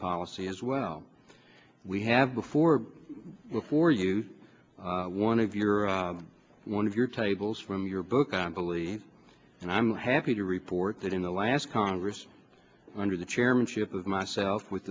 policy as well we have before before you one of your one of your tables from your book i believe and i'm happy to report that in the last congress under the chairmanship of myself with